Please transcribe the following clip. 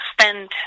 spend